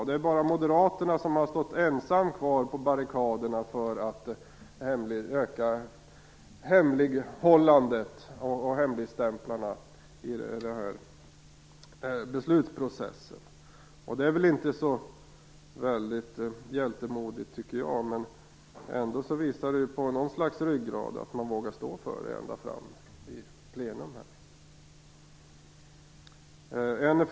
Det är bara Moderaterna som har stått ensamma kvar på barrikaderna för att öka hemlighållandet och hemligstämplarna i beslutsprocessen. Det är inte så hjältemodigt tycker jag, men det visar ändå på något slags ryggrad att man vågar stå för det ända fram i plenum.